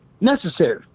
necessary